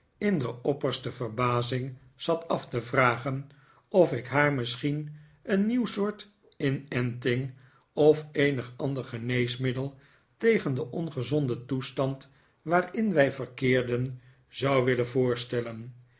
in de opperste verbazing zat af te vragen of ik haar misschien een nieuw soort inenting of eenig ander geneesmiddel tegen den ongezonden toestand waarin wij verkeerden zou willen voorstellen